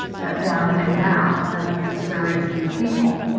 that down and now and if it's very few people.